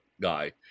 guy